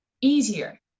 easier